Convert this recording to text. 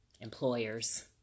Employers